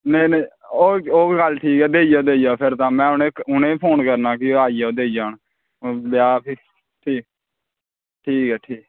नेईं नेईं ओह् गल्ल ते ठीक ऐ देई जाओ देई जाओ फिर तां में उनेंगी फोन करना कि आन ते देई जान लेआ भी ठीक ऐ ठीक